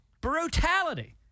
Brutality